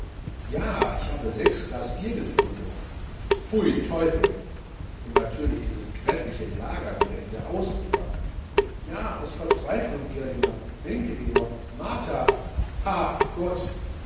ja ich habe sechs glas bier getrunken pfui teufel und natürlich dieses gräßliche lagerbier in der austria ja aus verzweiflung girlinger denke dir nur martha ach gott